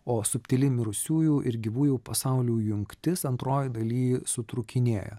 o subtili mirusiųjų ir gyvųjų pasaulių jungtis antroj daly sutrūkinėja